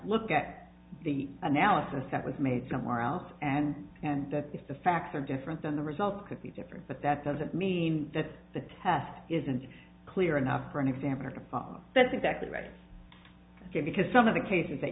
look at the analysis that was made somewhere else and that if the facts are different then the results could be different but that doesn't mean that the test isn't clear enough for an examiner to follow that's exactly right because some of the cases that